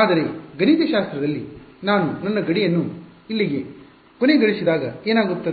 ಆದರೆ ಗಣಿತಶಾಸ್ತ್ರದಲ್ಲಿ ನಾನು ನನ್ನ ಗಡಿಯನ್ನು ಇಲ್ಲಿಗೆ ಕೊನೆಗೊಳಿಸಿದಾಗ ಏನಾಗುತ್ತದೆ